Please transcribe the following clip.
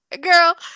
Girl